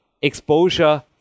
Exposure